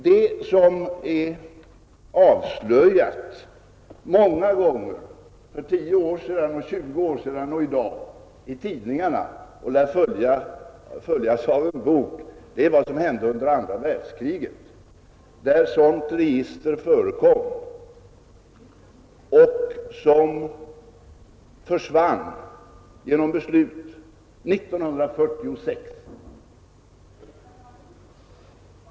Det som är avslöjat många gånger — för tio år sedan, för tjugo år sedan och i dag — i artiklar i tidningarna — och de lär nu följas av en bok, det är vad som hände under andra världskriget när ett sådant register förekom, ett register som försvann genom beslut 1946.